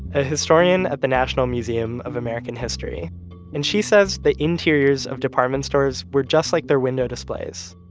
a historian at the national museum of american history and she says the interiors of department stores were just like their window displays,